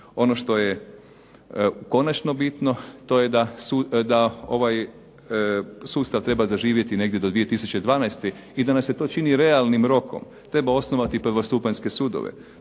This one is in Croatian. Ono što je konačno bitno, to je da ovaj sustav treba zaživjeti negdje do 2012. i da nam se to čini realnim rokom. Treba osnovati prvostupanjske sudove,